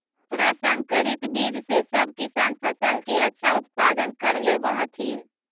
प्रसंकरित बीज से सब किसान फसल के अच्छा उत्पादन कर लेवऽ हथिन